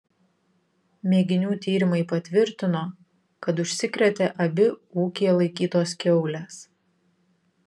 mėginių tyrimai patvirtino kad užsikrėtė abi ūkyje laikytos kiaulės